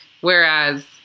Whereas